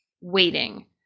Waiting